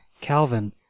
Calvin